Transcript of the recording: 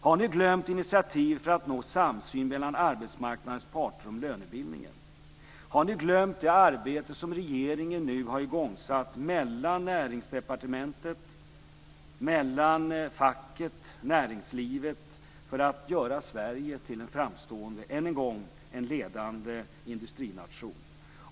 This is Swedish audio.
Har ni glömt initiativ för att nå samsyn mellan arbetsmarknadens parter om lönebildningen? Har ni glömt det arbete som regeringen nu har igångsatt mellan Näringsdepartementet, facket och näringslivet för att göra Sverige till en framstående och än en gång ledande industrination?